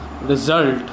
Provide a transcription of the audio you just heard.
result